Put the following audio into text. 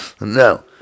No